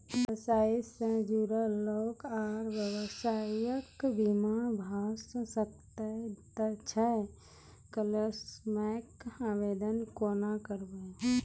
व्यवसाय सॅ जुड़ल लोक आर व्यवसायक बीमा भऽ सकैत छै? क्लेमक आवेदन कुना करवै?